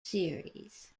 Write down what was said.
series